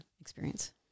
experience